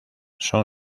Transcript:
son